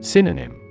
Synonym